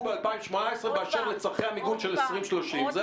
ב-2018 באשר לצרכי המיגון של 2030. זה הכול.